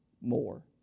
more